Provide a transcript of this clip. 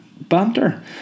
banter